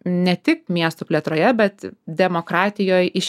ne tik miestų plėtroje bet demokratijoj iš